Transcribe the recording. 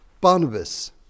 Barnabas